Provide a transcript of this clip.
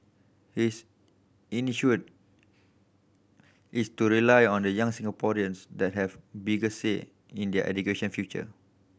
his is to rely on the young Singaporeans that have bigger say in their education future